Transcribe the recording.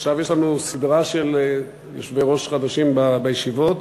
עכשיו יש לנו סדרה של יושבי-ראש חדשים בישיבות.